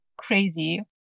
crazy